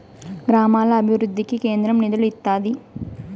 గ్రామాల అభివృద్ధికి కేంద్రం నిధులు ఇత్తాది